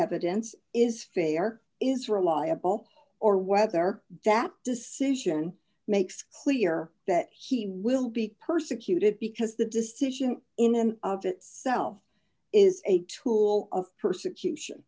evidence is fair is reliable or whether that decision makes clear that he will be persecuted because the decision in an object itself is a tool of persecution